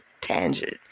tangent